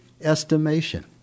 estimation